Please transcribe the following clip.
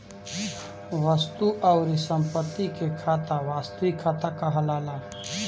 वस्तु अउरी संपत्ति के खाता वास्तविक खाता कहलाला